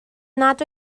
nad